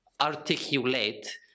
articulate